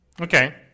Okay